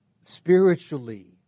spiritually